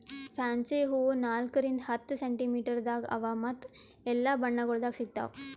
fancy ಹೂವು ನಾಲ್ಕು ರಿಂದ್ ಹತ್ತು ಸೆಂಟಿಮೀಟರದಾಗ್ ಅವಾ ಮತ್ತ ಎಲ್ಲಾ ಬಣ್ಣಗೊಳ್ದಾಗ್ ಸಿಗತಾವ್